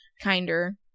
kinder